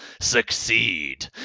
succeed